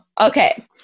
Okay